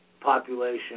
population